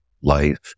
life